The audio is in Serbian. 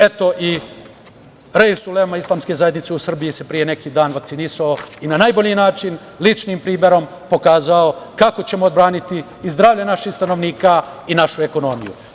Eto, i reis-I-ulema Islamske zajednice u Srbiji se pre neki dan vakcinisao i na najbolji način ličnim primerom pokazao kako ćemo odbraniti i zdravlje naših stanovnika i našu ekonomiju.